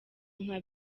nka